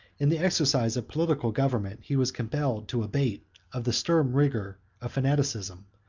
in the exercise of political government, he was compelled to abate of the stern rigor of fanaticism,